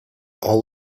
all